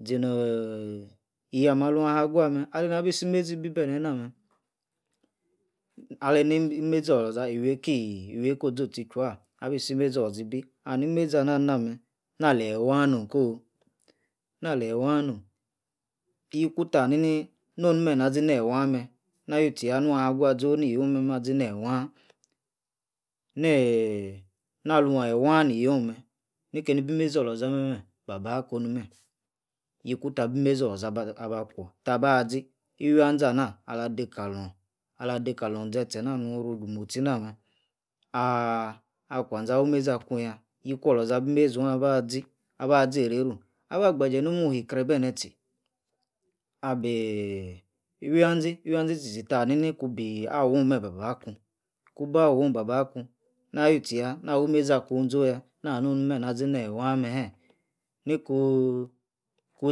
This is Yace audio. Zini-iyie ama alu aba oyua mem aleni abi si-mezi ebi-bene ina mer iwi-eka ozortie ichui ahh abi si imezi oloza ibi aha ni-imezi ana ali nar mem na aleyi waa nom ko? na-aleyi waa nom ko yiku ta ha, ni no-onu mem, na asi neyi waa mem na awi tieya nu aha aga zoh neyie asi neyi waa na alu eyii wa ni-iyi mem ni keni be imezi oloza mer baa ku-onu mer yiku ta abi imezi oloza aba kwo taba-azi iwia zi ana alah adekalong ze-tie namem nu-ru iju mostie namem akwaze awuze awu imezi akuya yieku oloza abi mezi oh aba zi ereh-ru aba agbajie nomu oyie-kreh bene tie abi iwia-zi tie aba ku ba awuo ba-ba ku ku ba awuo ba-ba ku na ayui-tie ya na awi-imize aku zopo ya ma-aha nome na-azi-waaw mehe ne-ku